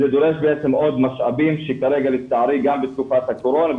זה דורש בעצם עוד משאבים שכרגע לצערי גם בתקופת הקורונה,